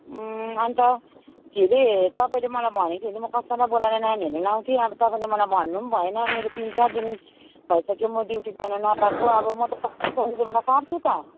ए अन्त के अरे तपाईँले मलाई भनेको थियो भने चाहिँ म कसैलाई बोलाएर नानी हेर्न लगाउँथेँ अब तपाईँले मलाई भन्नु पनि भएन मेरो तिन चार दिन भइसक्यो म ड्युटी जान नपाएको अब म त पार्छु त